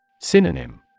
Synonym